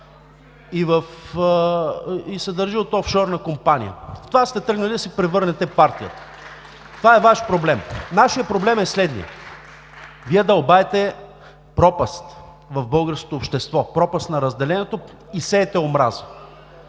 и се държи от офшорна компания. В това сте тръгнали да си превърнете партията. (Ръкопляскания от ГЕРБ.) Това е Ваш проблем. Нашият проблем е следният. Вие дълбаете пропаст в българското общество – пропаст на разделението, и сеете омраза.